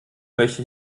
möchte